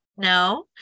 No